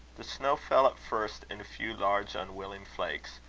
the snow fell at first in a few large unwilling flakes,